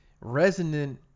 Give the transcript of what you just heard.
resonant